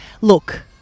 look